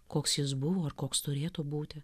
koks jis buvo ar koks turėtų būti